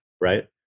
right